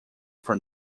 from